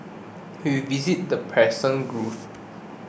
we visited the Persian Gulf